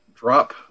drop